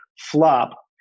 flop